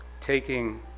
taking